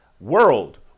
world